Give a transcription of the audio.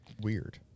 weird